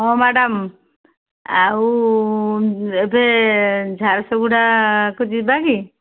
ହଁ ମ୍ୟାଡମ ଆଉ ଏବେ ଝାରସଗୁଡ଼ାକୁ ଯିବା କି